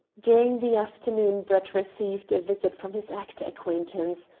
during the afternoon brett received a visit from his actor acquaintance,